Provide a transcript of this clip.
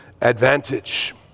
advantage